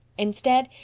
instead,